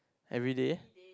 everyday